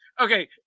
Okay